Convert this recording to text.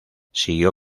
siguió